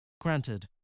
Granted